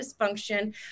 dysfunction